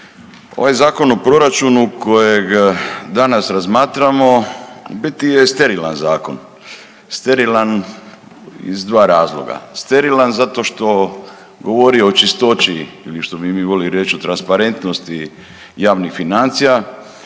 ovaj Zakon o proračunu kojega danas razmatramo u biti je sterilan zakon. Sterilan iz dva razloga. Sterilan zato što govori o čistoći ili što bi mi volili reći o transparentnosti javnih financija,